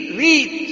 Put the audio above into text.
read